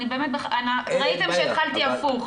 ראיתם שהתחלתי הפוך,